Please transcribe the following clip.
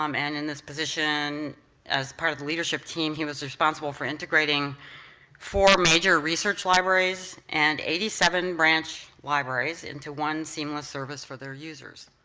um and in his position as part of the leadership team, he was responsible for integrating four major research libraries and eighty seven branch libraries into one seamless service for their users.